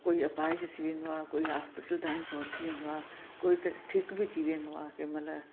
कोई अपाहिज थी वेंदो आहे कोई हॉस्पिटल ताईं पहुची वेंदो आहे कोई त ठीक बि थी वेंदो आहे कंहिंमहिल